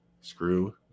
Screw